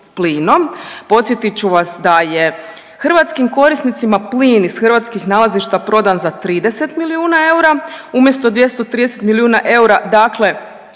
plinom. Podsjetit ću vas da je hrvatskim korisnicima plin iz hrvatskih nalazišta prodan za 30 milijuna eura, umjesto 230 milijuna eura, dakle